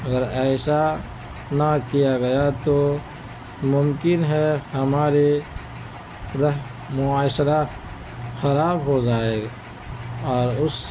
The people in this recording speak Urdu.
اگر ایسا نہ کیا گیا تو ممکن ہے ہمارے رہ معاشرہ خراب ہو جائے اور اس